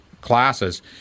classes